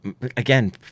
again